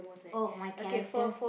oh my character